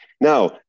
Now